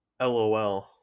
Lol